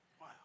Wow